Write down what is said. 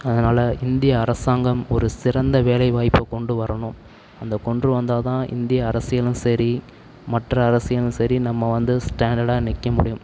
அதனால் இந்திய அரசாங்கம் ஒரு சிறந்த வேலைவாய்ப்பை கொண்டு வரணும் அதை கொண்டு வந்தால்தான் இந்திய அரசியலும் சரி மற்ற அரசியலும் சரி நம்ம வந்து ஸ்டாண்டர்டா நிற்க முடியும்